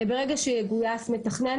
ברגע שיגויס מתכנן,